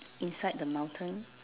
inside the mountain